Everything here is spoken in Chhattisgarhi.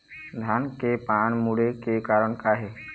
धान के पान मुड़े के कारण का हे?